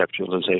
conceptualization